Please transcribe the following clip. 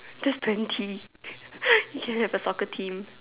that's twenty you can have your soccer team